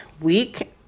week